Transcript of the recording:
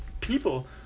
people